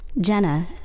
Jenna